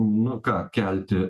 nu ką kelti